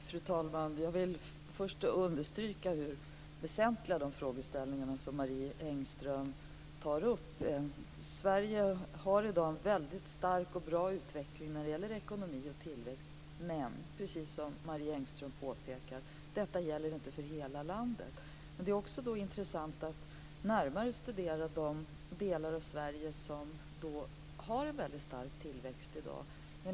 Fru talman! Jag vill först understryka hur väsentliga de frågeställningar som Marie Engström tar upp är. Sverige har i dag en väldigt stark och bra utveckling av ekonomi och tillväxt. Men precis som Marie Engström påpekar gäller detta inte för hela landet. Det är intressant att närmare studera de delar av Sverige som i dag har en väldigt stark tillväxt.